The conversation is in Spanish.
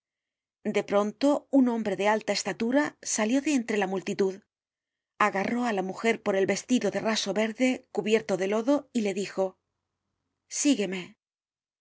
de pronto un hombre de alta estatura salió de entre la multitud agarró á la mujer por el vestido de raso verde cubierto de lodo y le dijo sigueme